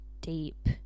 deep